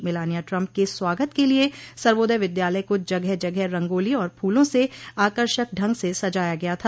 Melania Trump के स्वागत के लिए सर्वोदय विद्यालय को जगह जगह रंगोली और फूलों से आकर्षक ढंग से सजाया गया था